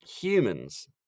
humans